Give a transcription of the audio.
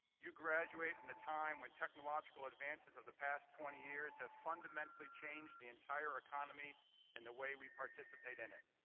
you graduate in a time when technological advancements of the past twenty years have fundamentally changed the entire economy and the way we participate in it.